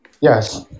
Yes